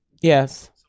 Yes